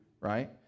right